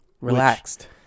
relaxed